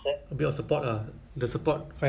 that time I work in a bank kan so